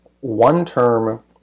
one-term